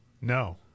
no